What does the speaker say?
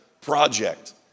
project